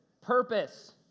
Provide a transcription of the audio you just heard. Purpose